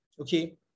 okay